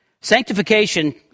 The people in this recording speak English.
Sanctification